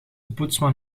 poetsman